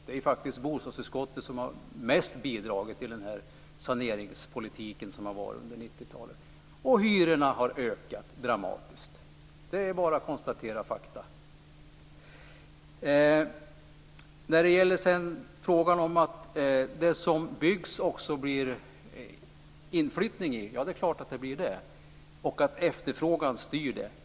Det är faktiskt bostadsutskottet som har bidragit mest till den saneringspolitik som har varit under 90-talet. Hyrorna har ökat dramatiskt. Det är bara att konstatera fakta. Det är klart att det blir inflyttning i det som byggs, och det är efterfrågan som styr det.